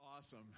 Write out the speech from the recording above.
Awesome